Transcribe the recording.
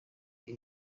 buri